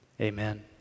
amen